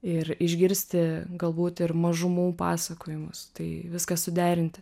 ir išgirsti galbūt ir mažumų pasakojimus tai viską suderinti